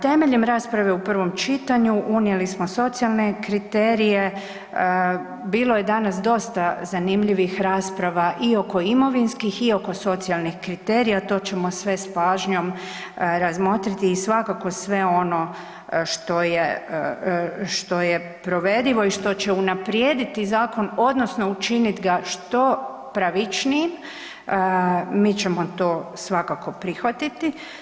Temeljem rasprave u prvom čitanju unijeli smo socijalne kriterije, bilo je danas dosta zanimljivih rasprava i oko imovinskih i oko socijalnih kriterija, to ćemo sve s pažnjom razmotriti i svakako sve ono što je provedivo i što će unaprijediti zakon odnosno učinit ga što pravičnijim, mi ćemo to svakako prihvatiti.